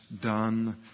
done